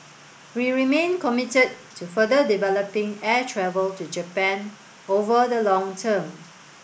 we remain committed to further developing air travel to Japan over the long term